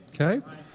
Okay